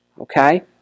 okay